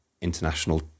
international